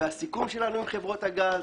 והסיכום שלנו עם חברות הגז,